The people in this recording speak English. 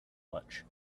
much